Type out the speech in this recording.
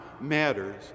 matters